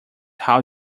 how